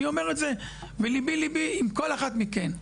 אני אומר את זה וליבי ליבי עם כל אחת מכן,